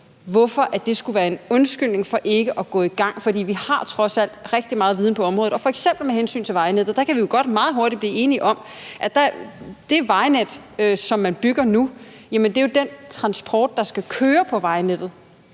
hvorfor det skulle være en undskyldning for ikke at gå i gang. For vi har trods alt rigtig meget viden på området. F.eks. med hensyn til vejnettet kan vi jo godt meget hurtigt blive enige om, at i forhold til det vejnet, som man bygger nu, er det den transport, der skal foregå på vejnettet,